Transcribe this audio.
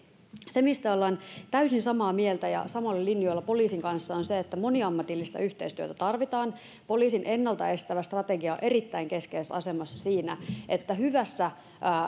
se mistä ollaan täysin samaa mieltä ja samoilla linjoilla poliisin kanssa on se että moniammatillista yhteistyötä tarvitaan poliisin ennalta estävä strategia on erittäin keskeisessä asemassa siinä että hyvässä